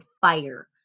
fire